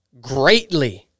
greatly